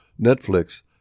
Netflix